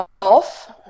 off